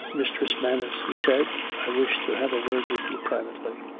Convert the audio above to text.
mistress manners, he said, i wish to have a word with you privately.